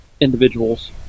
individuals